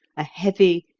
a heavy,